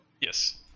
Yes